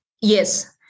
Yes